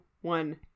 one